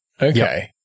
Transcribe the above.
Okay